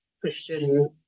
Christian